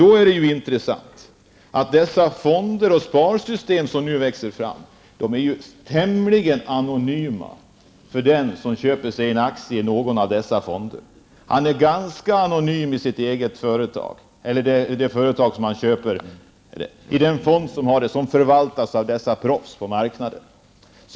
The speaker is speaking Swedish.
Det är då också intressant att dessa fonder och sparsystem som nu växer fram är tämligen anonyma för den som köper en aktie i någon av fonderna. Han är ganska anonym i den fond som förvaltas av dessa proffs på marknaden.